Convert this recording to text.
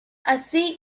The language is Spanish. así